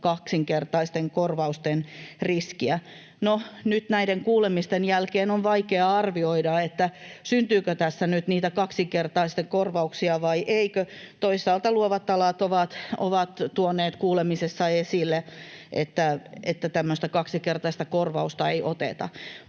kaksinkertaisten korvausten riskiä. No, nyt näiden kuulemisten jälkeen on vaikea arvioida, syntyykö tässä niitä kaksinkertaisia korvauksia vai eikö. Toisaalta luovat alat ovat tuoneet kuulemisessa esille, että tämmöistä kaksinkertaista korvausta ei oteta.